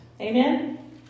Amen